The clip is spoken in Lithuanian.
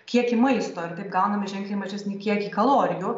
kiekį maisto gauname ženkliai mažesnį kiekį kalorijų